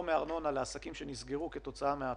מארנונה לעסקים שנסגרו כתוצאה מהקורונה,